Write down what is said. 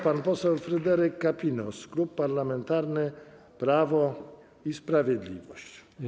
Pan poseł Fryderyk Kapinos, Klub Parlamentarny Prawo i Sprawiedliwość.